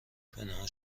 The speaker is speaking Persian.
پنهان